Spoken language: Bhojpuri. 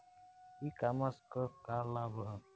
ई कॉमर्स क का लाभ ह?